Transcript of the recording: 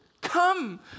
Come